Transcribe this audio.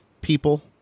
people